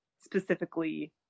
specifically